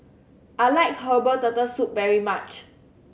I like herbal Turtle Soup very much